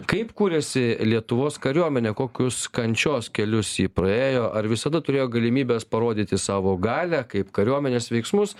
kaip kuriasi lietuvos kariuomenė kokius kančios kelius ji praėjo ar visada turėjo galimybes parodyti savo galią kaip kariuomenės veiksmus